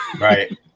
Right